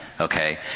Okay